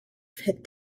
het